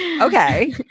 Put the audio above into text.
Okay